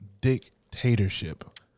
dictatorship